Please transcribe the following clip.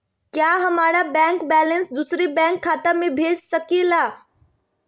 क्या हमारा bank balance दूसरे बैंक खाता में भेज सके ला?